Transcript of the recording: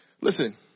Listen